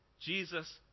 Jesus